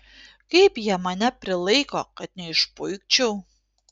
kaip jie mane prilaiko kad neišpuikčiau